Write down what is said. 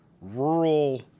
rural